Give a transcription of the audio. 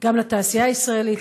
גם לתעשייה הישראלית,